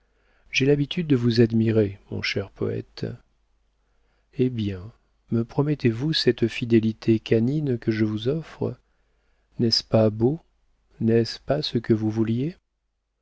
j'ai l'habitude de vous admirer mon cher poëte eh bien me promettez-vous cette fidélité canine que je vous offre n'est-ce pas beau n'est-ce pas ce que vous vouliez